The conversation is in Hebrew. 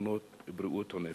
ובתחנות בריאות הנפש.